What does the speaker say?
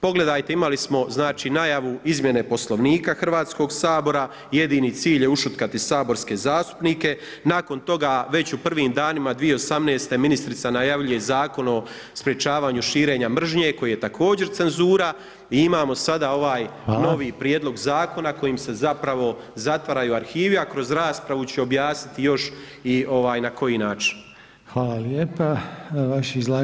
Pogledajte imali smo znači najavu izmjene Poslovnika Hrvatskog sabora, jedini cilj je ušutkati saborske zastupnike, nakon toga već u prvim danima 2018. ministrica najavljuje Zakon o sprječavanju širenja mržnje, koji je također cenzura i imamo sada ovaj novi prijedlog zakona koji se zapravo zatvaraju arhivi, a kroz raspravu ću objasniti još i na koji način.